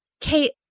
Kate